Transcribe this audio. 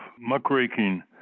muckraking